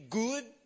good